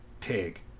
pig